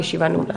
הישיבה נעולה.